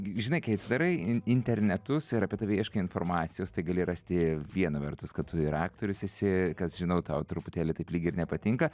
žinai kai atsidarai i internetus ir apie tave ieškai informacijos tai gali rasti viena vertus kad tu ir aktorius esi kas žinau tau truputėlį taip lyg ir nepatinka